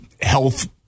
health